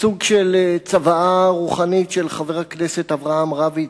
סוג של צוואה רוחנית של חבר הכנסת אברהם רביץ,